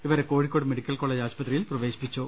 ഇവരെ Kozhikode medical college ആശുപത്രിയിൽ പ്രവേശിപ്പിച്ചു